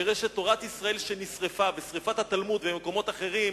שיראה שתורת ישראל שנשרפה בשרפת התלמוד ובמקומות אחרים